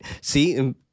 see